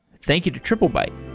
thank you to triplebyte